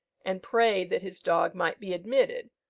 and prayed that his dog might be admitted,